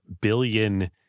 billion